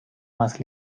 más